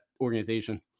organization